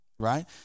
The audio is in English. Right